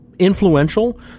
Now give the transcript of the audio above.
Influential